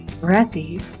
breathy